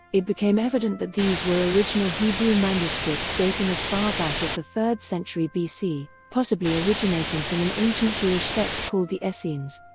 it became evident that these were original hebrew manuscripts dating as far back as the third century bc, possibly originating from an ancient jewish sect called the essenes.